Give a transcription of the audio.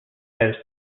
house